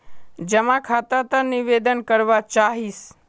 जमा खाता त निवेदन करवा चाहीस?